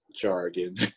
jargon